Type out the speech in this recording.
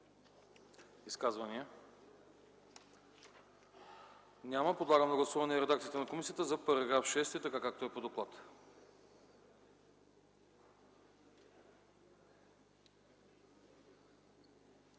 Изказвания? Няма. Подлагам на гласуване редакцията на комисията за § 6, така както е по доклада.